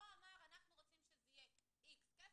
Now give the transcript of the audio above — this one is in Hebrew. לא אמר אנחנו רוצים שזה יהיה x כסף,